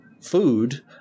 food